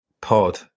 pod